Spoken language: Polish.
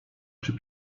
czy